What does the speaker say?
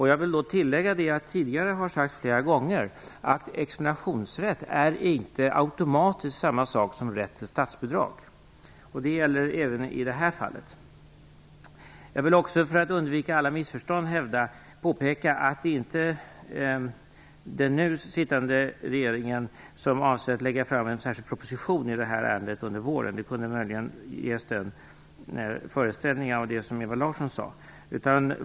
Jag vill då tillägga att det flera gånger tidigare har sagts att examensrätt inte automatiskt är samma sak som rätt till statsbidrag. Det gäller även i det här fallet. För att undvika alla missförstånd vill jag påpeka att den nu sittande regeringen inte avser att lägga fram en särskild proposition i det här ärendet under våren. Möjligen kunde man få den föreställningen utifrån vad Ewa Larsson sade.